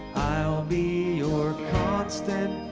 i'll be your constant,